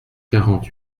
quarante